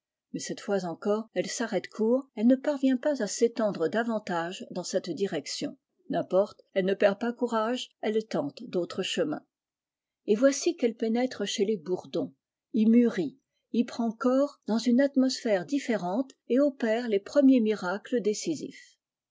mais cette fois encore elle s'arrête court elle ne parvient pas à sétendre davantage dans cette direction n'importe elle ne perd pas courage elle tente d'autres chemins et voici qu'elle pénèti e chez les bourdons y mûrit y prend corps dans une atmosphère différente et opère les premiers miracles décisifs